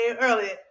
earlier